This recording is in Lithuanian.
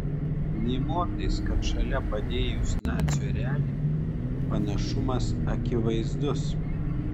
nė motais kad šalia padėjus nacių erelį panašumas akivaizdus